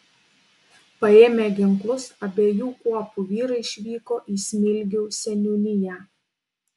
paėmę ginklus abiejų kuopų vyrai išvyko į smilgių seniūniją